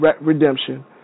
redemption